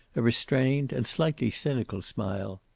a restrained and slightly cynical smile.